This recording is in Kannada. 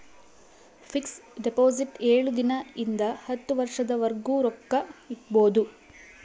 ಫಿಕ್ಸ್ ಡಿಪೊಸಿಟ್ ಏಳು ದಿನ ಇಂದ ಹತ್ತು ವರ್ಷದ ವರ್ಗು ರೊಕ್ಕ ಇಡ್ಬೊದು